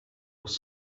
was